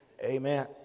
amen